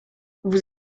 vous